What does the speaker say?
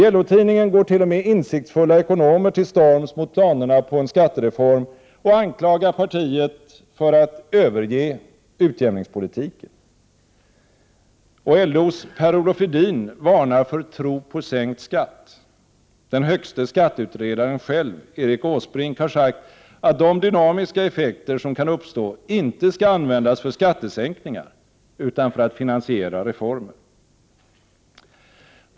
I LO-tidningen går t.o.m. insiktsfulla ekonomer till storms mot planerna på en skattereform och anklagar partiet för att överge utjämningspolitiken. Och LO:s Per-Olof Edin varnar för tro på sänkt skatt. Den högste skatteutredaren själv, Erik Åsbrink, har sagt att de dynamiska effekter som kan uppstå inte skall användas för skattesänkningar utan för att finansiera reformer.